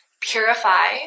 purify